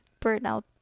Burnout